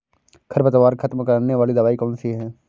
खरपतवार खत्म करने वाली दवाई कौन सी है?